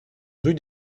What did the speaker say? rue